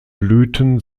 blüten